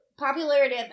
Popularity